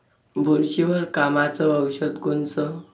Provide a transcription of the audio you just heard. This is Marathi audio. बुरशीवर कामाचं औषध कोनचं?